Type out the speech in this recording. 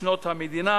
שנות המדינה: